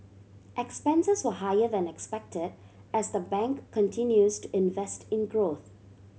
expenses were higher than expected as the bank continues to invest in growth